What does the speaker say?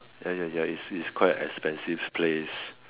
ya ya ya is is quite expensive place